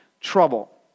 trouble